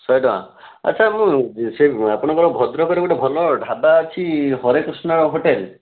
ଶହେ ଟଙ୍କା ଆଚ୍ଛା ମୁଁ ସେଇ ଆପଣଙ୍କର ଭଦ୍ରକରେ ଗୋଟେ ଭଲ ଢାବା ଅଛି ହରେକୃଷ୍ଣ ହୋଟେଲ୍